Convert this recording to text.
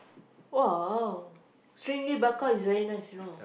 !wow! stingray bakar is very nice you know